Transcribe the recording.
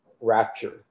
rapture